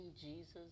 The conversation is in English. Jesus